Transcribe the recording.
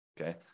Okay